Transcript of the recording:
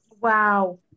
Wow